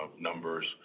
numbers